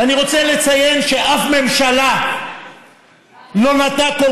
ואני רוצה לציין שאף ממשלה לא נתנה כל